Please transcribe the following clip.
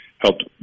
helped